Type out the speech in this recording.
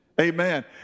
Amen